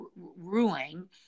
ruling